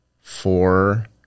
four